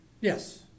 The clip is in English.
Yes